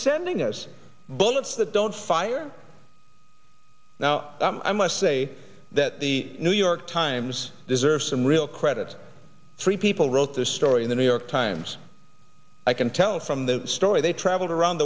sending those bullets that don't fire now i must say that the new york times deserves some real credit three people wrote the story in the new york times i can tell from the story they traveled around